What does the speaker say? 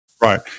Right